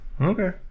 Okay